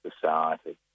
society